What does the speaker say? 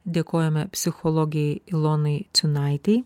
dėkojame psichologei ilonai ciūnaitei